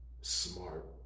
smart